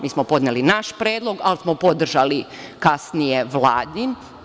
Mi smo podneli naš predlog, ali smo podržali kasnije Vladin.